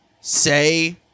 say